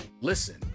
listen